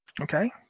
Okay